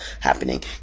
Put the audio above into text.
happening